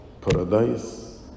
paradise